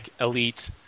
elite